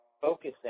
focusing